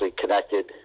connected